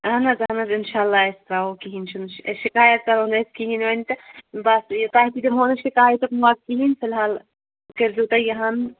اہن حظ اہن حظ اِنشاء اللّٰہ أسۍ ترٛاوَو کِہیٖنۍ چھُنہٕ أسۍ شِکایت کَرو نہٕ أسۍ کِہیٖنۍ وۄنۍ تہٕ بَس یہِ تۄہہِ تہِ دِمہو نہٕ شِکایتُک موقعہٕ کِہیٖنۍ فِلحال کٔرۍزیو تُہۍ یہِ ہن